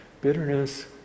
bitterness